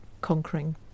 conquering